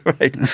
right